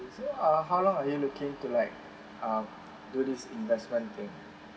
so uh how long are you looking to like uh do this investment thing